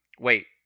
Wait